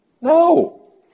No